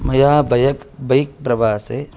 मया बयक् बैक् प्रवासे